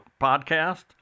podcast